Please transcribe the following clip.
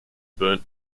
burnt